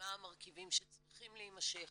מה המרכיבים שצריכים להמשך,